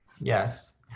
yes